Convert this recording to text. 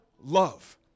love